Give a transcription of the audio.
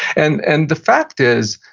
and and the fact is,